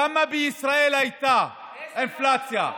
כמה בישראל הייתה האינפלציה?